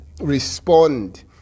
respond